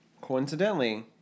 coincidentally